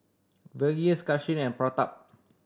Verghese Kanshi and Pratap